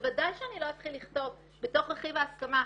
בוודאי שאני לא אתחיל לכתוב בתוך רכיב ההסכמה,